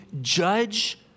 judge